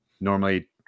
normally